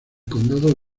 condado